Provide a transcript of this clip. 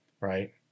right